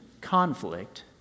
conflict